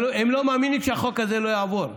הם לא מאמינים שהחוק הזה לא יעבור.